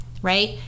right